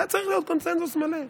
היה צריך להיות קונסנזוס מלא.